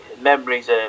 memories